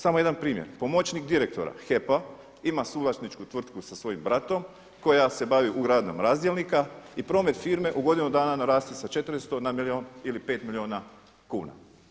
Samo jedan primjer, pomoćnik direktora HEP-a ima suvlasničku tvrtku sa svojim bratom koja se bavi ugradnjom razdjelnika i promet firme u godinu dana narastao je sa 400 na milijun ili 5 milijuna kuna.